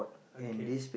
okay